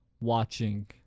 watching